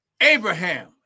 Abraham